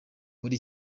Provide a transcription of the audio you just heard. muri